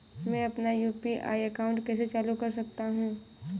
मैं अपना UPI account कैसे चालू कर सकता हूँ?